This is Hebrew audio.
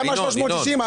למה 360?